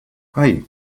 hei